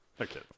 Okay